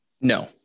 No